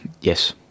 Yes